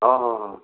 অঁ অঁ অঁ